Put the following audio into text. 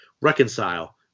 Reconcile